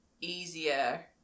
easier